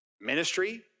ministry